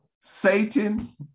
Satan